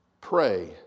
Pray